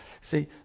See